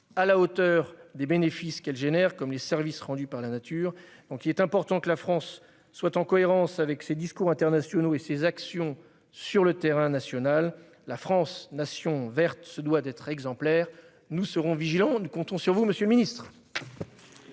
à la hauteur des bénéfices qu'elles suscitent, comme des services qui y sont rendus par la nature. Il est important que la France mette en cohérence ses discours internationaux et ses actions sur le terrain national. Nation verte, elle se doit d'être exemplaire. Nous serons vigilants et nous comptons sur vous, monsieur le ministre.